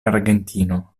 argentino